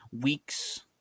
week's